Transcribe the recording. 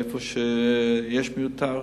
ואיפה שיש מיותר,